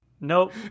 Nope